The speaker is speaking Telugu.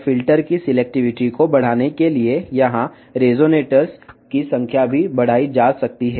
ఫిల్టర్ల ఎంపికను పెంచడానికి రెసొనేటర్ల సంఖ్యను కూడా ఇక్కడ పెంచవచ్చును